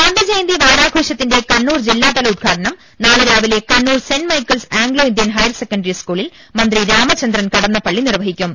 ഗാന്ധിക്ജയന്തി വാരാഘോഷത്തിന്റെ കണ്ണൂർ ജില്ലാതല ഉദ്ഘാടനം നാളെ രാവിലെ Kannur Saint Michael's Anglo Indian higher secondary സ്കൂളിൽ മന്ത്രി രാമചന്ദ്രൻ കടന്നപ്പള്ളി നിർവഹിക്കും